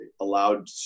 allowed